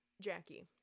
Jackie